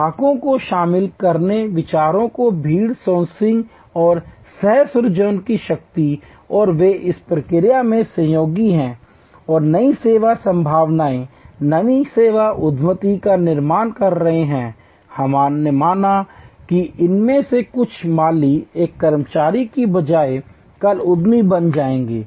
ग्राहकों को शामिल करके विचारों की भीड़ सोर्सिंग और सह सृजन की शक्ति और वे इस प्रक्रिया में सहयोगी हैं और नई सेवा संभावनाएं नई सेवा उद्यमिता का निर्माण कर रहे हैं हमारा मानना है कि इनमें से कुछ माली एक कर्मचारी के बजाय कल उद्यमी बन जाएंगे